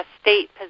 state